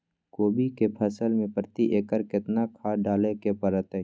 कोबी के फसल मे प्रति एकर केतना खाद डालय के परतय?